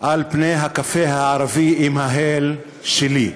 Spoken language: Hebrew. על פני הקפה הערבי עם ההל שלי,